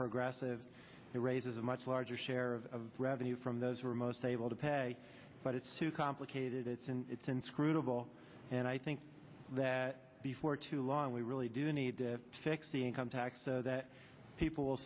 progressive it raises a much larger share of revenue from those who are most able to pay but it's too complicated it's in it's inscrutable and i think that before too long we really do need to fix the income tax so that people will